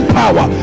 power